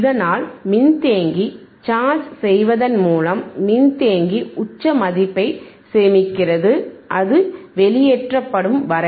இதனால் மின்தேக்கி சார்ஜ் செய்வதன் மூலம் மின்தேக்கி உச்ச மதிப்பை சேமிக்கிறது அது வெளியேற்றப்படும் வரை